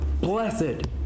blessed